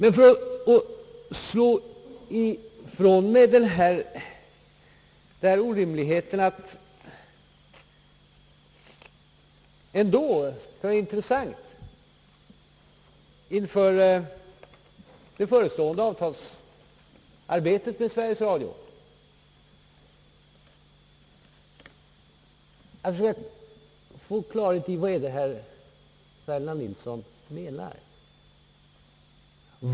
Inför det förestående avtalsarbetet med Sveriges Radio skulle det ändå vara intressant att försöka få klarhet i vad herr Ferdinand Nilsson menar.